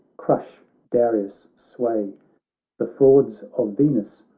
crush darius' sway the frauds of venus,